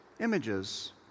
images